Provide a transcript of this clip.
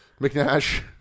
McNash